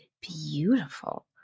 beautiful